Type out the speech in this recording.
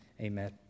Amen